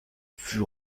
fut